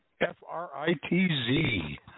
F-R-I-T-Z